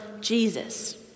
Jesus